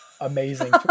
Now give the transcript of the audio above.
amazing